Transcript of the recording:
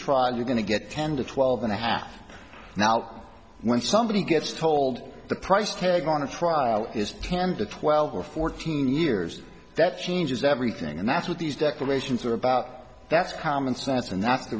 trial you're going to get ten to twelve and a half now when somebody gets told the price tag on a trial is tampa twelve or fourteen years that changes everything and that's what these declarations are about that's common sense